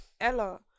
Ella